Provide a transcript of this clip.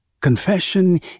Confession